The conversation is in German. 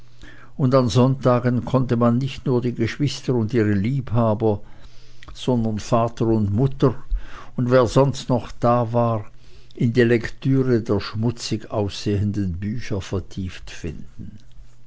und an sonntagen konnte man nicht nur die geschwister und ihre liebhaber sondern vater und mutter und wer sonst noch da war in die lektüre der schmutzig aussehenden bücher vertieft finden